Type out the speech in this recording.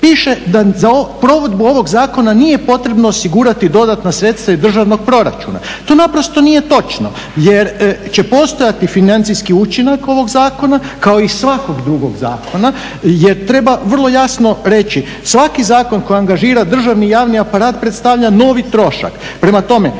piše da za provedbu ovog zakona nije potrebno osigurati dodatna sredstva iz državnog proračuna, to naprosto nije točno jer će postojati financijski učinak ovog zakona kao i svakog drugog zakona jer treba vrlo jasno reći, svaki zakon koji angažira državni, javni aparat predstavlja novi troška.